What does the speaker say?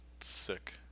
sick